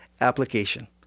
application